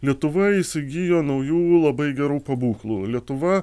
lietuva įsigijo naujų labai gerų pabūklų lietuva